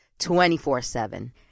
24-7